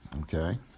okay